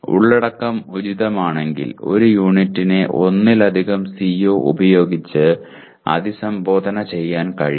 ഉള്ളടക്കം ഉചിതമാണെങ്കിൽ ഒരു യൂണിറ്റിനെ ഒന്നിലധികം CO ഉപയോഗിച്ച് അഭിസംബോധന ചെയ്യാൻ കഴിയും